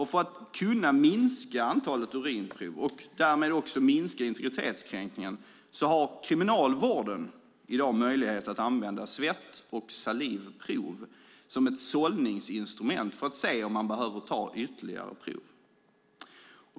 För att kunna minska antalet urinprov och därmed också minska integritetskränkningen har kriminalvården i dag möjlighet att använda svett och salivprov som ett sållningsinstrument för att se om man behöver ta ytterligare prov.